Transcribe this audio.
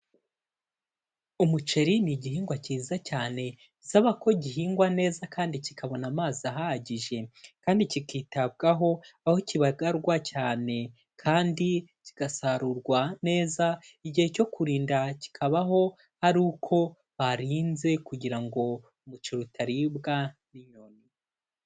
Umuceri ni igihingwa kiza cyane, bisaba ko gihingwa neza kandi kikabona amazi ahagije kandi kikitabwaho, aho kibagarwa cyane kandi kigasarurwa neza, igihe cyo kurinda kikabaho ari uko barinze kugira ngo umuceri utaribwa n'inyoni.